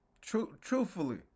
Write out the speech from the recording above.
Truthfully